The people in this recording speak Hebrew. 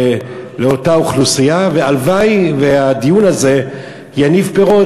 לאותה אוכלוסייה, והלוואי שהדיון הזה יניב פירות.